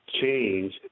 change